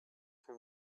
him